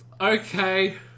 Okay